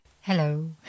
Hello